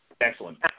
Excellent